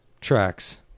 tracks